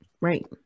Right